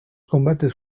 combates